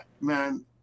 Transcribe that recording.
man